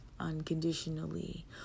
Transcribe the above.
unconditionally